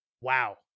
wow